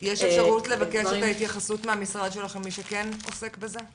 יש אפשרות לבקש את ההתייחסות מהמשרד שלכם ממי שכן עוסק בזה?